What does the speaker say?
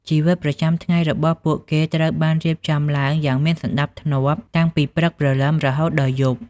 ជីវិតប្រចាំថ្ងៃរបស់ពួកគេត្រូវបានរៀបចំឡើងយ៉ាងមានសណ្ដាប់ធ្នាប់តាំងពីព្រឹកព្រលឹមរហូតដល់យប់។